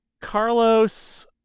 Carlos